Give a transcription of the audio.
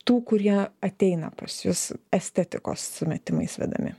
tų kurie ateina pas jus estetikos sumetimais vedami